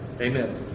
Amen